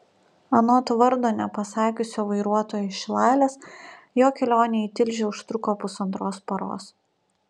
anot vardo nepasakiusio vairuotojo iš šilalės jo kelionė į tilžę užtruko pusantros paros